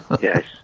yes